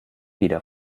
wieder